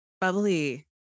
Bubbly